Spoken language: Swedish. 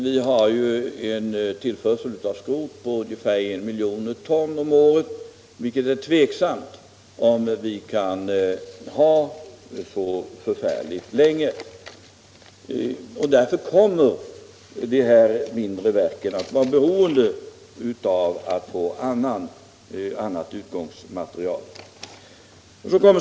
Vi har en tillförsel av skrot på ungefär 1 miljon ton om året, och det är tveksamt om vi kan ha det så särskilt länge till. Därför kommer de här mindre verken att vara beroende av att få annat utgångsmaterial.